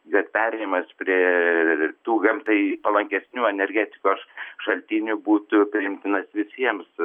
jog perėjimas prie tų gamtai palankesnių energetikos šaltinių būtų priimtinas visiems